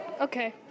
Okay